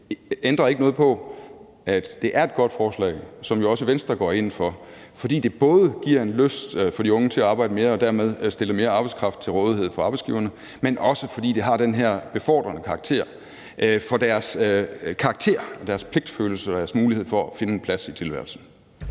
ændrer ikke noget på, at det er et godt forslag, som også Venstre går ind for, fordi det både giver de unge en lyst til at arbejde mere og dermed stiller mere arbejdskraft til rådighed for arbejdsgiverne, men også, fordi det har den her befordrende karakter for deres karakter, deres pligtfølelse og deres mulighed for at finde en plads i tilværelsen.